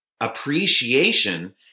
Appreciation